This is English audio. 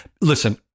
listen